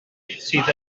sydd